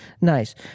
nice